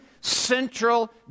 central